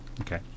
Okay